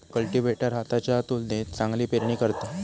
cultivator हाताच्या तुलनेत चांगली पेरणी करता